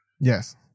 Yes